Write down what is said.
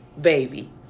baby